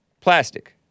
plastic